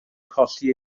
colli